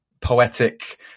poetic